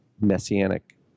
messianic